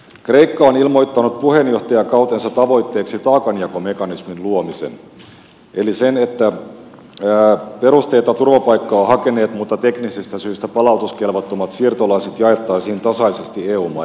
kreikka on ilmoittanut puheenjohta jakautensa tavoitteeksi taakanjakomekanismin luomisen eli sen että perusteitta turvapaikkaa hakeneet mutta teknisistä syistä palautuskelvottomat siirtolaiset jaettaisiin tasaisesti eu maiden kesken